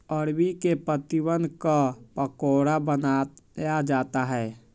अरबी के पत्तिवन क पकोड़ा बनाया जाता है